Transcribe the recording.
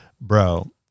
bro